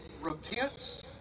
repents